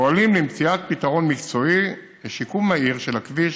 פועלים למציאת פתרון מקצועי לשיקום מהיר של הכביש